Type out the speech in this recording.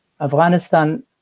Afghanistan